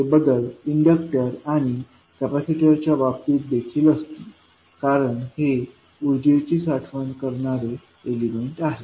हे बदल इंडक्टर आणि कॅपॅसिटरच्या बाबतीत देखील असतील कारण हे ऊर्जेची साठवण करणारे एलिमेंट आहेत